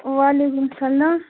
وعلیکُم سَلام